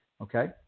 okay